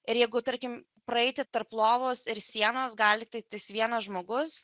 ir jeigu tarkim praeiti tarp lovos ir sienos gali tiktais vienas žmogus